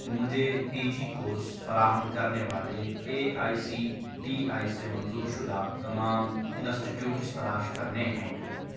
مجھے P G course فراہم کرنے والے A I C T E سے منظور شدہ تمام انسٹی ٹیوٹس تلاش کرنے ہیں